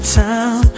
town